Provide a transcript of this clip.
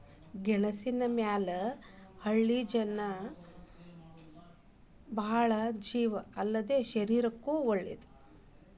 ಗೆಣಸಿನ ಮ್ಯಾಲ ಹಳ್ಳಿ ಮಂದಿ ಬಾಳ ಜೇವ ಅಲ್ಲದೇ ಶರೇರಕ್ಕೂ ವಳೇದ